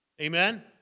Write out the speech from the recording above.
Amen